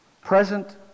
present